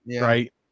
Right